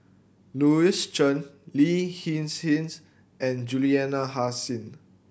Louis Chen Lin Hin Hsin's and Juliana Hasin